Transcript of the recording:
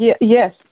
yes